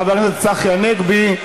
חבר הכנסת צחי הנגבי,